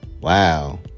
Wow